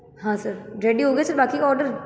हाँ sir ready हो गया सर बाकी का ऑर्डर